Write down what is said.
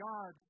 God